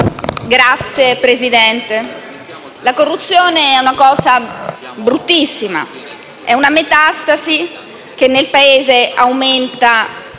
Signor Presidente, la corruzione è una cosa bruttissima, è una metastasi che nel Paese aumenta